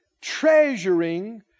treasuring